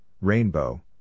rainbow